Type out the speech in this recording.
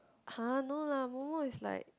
!huh! no lah Momo is like